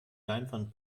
leinwand